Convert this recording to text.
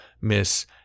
miss